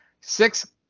Six